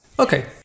Okay